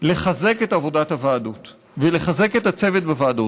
לחזק את עבודת הוועדות ולחזק את הצוות בוועדות.